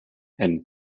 and